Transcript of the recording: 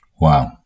Wow